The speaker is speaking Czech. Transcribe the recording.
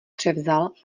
převzal